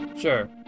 Sure